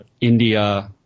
India